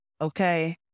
okay